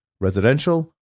residential